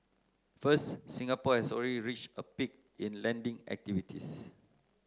first Singapore has already reached a peak in lending activities